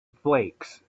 flakes